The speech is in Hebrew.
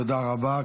תודה רבה.